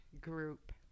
group